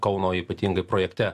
kauno ypatingai projekte